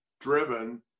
driven